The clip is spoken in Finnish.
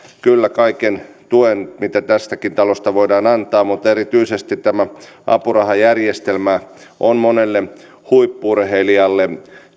kyllä kaiken tuen mitä tästäkin talosta voidaan antaa mutta erityisesti tämä apurahajärjestelmä on monelle huippu urheilijalle